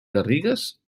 garrigues